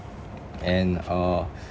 and uh